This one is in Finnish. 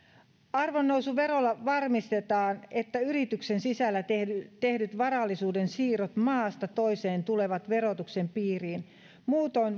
arvonnousuverolla varmistetaan että yrityksen sisällä tehdyt tehdyt varallisuuden siirrot maasta toiseen tulevat verotuksen piiriin muutoin